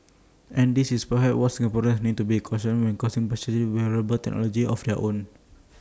and this is perhaps what Singaporeans need to be cautious of purchasing A wearable technology of their own